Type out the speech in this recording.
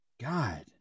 God